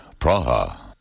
Praha